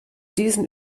diesen